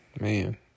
man